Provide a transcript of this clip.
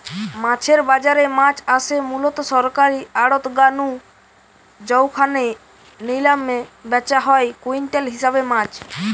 মাছের বাজারে মাছ আসে মুলত সরকারী আড়ত গা নু জউখানে নিলামে ব্যাচা হয় কুইন্টাল হিসাবে মাছ